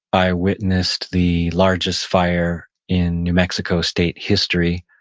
i witnessed the largest fire in new mexico state history,